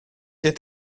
και